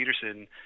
Peterson